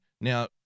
Now